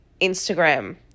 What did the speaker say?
Instagram